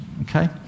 Okay